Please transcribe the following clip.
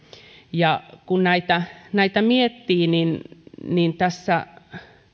kun näitä kustannuksia miettii tässä